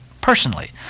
personally